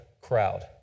crowd